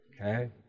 Okay